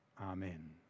Amen